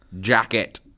Jacket